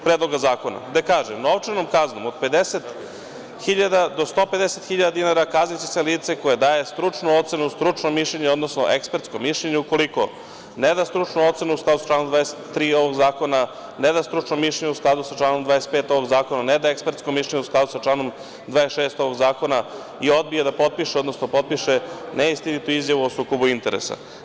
Predloga zakona, gde kaže – novčanom kaznom od 50.000 do 150.000 dinara kazniće se lice koje daje stručnu ocenu, stručno mišljenje, odnosno ekspertsko mišljenje ukoliko ne da stručnu ocenu u skladu sa članom 23. ovog zakona, ne da stručno mišljenje u skladu sa članom 25. ovog zakona, ne da ekspertsko mišljenje u skladu sa članom 26. ovog zakona i odbije da potpiše, odnosno potpiše neistinitu izjavu o sukobu interesa.